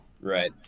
Right